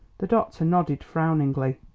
the doctor nodded frowningly.